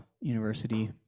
university